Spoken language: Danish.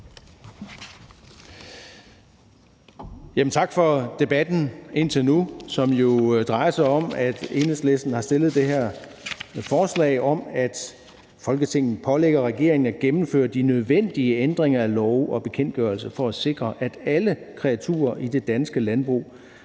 Tak for debatten indtil nu, som jo drejer sig om, at Enhedslisten har fremsat det her forslag om, at Folketinget pålægger regeringen at gennemføre de nødvendige ændringer af love og bekendtgørelser for at sikre, at alle kreaturer i det danske landbrug